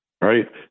right